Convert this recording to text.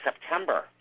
September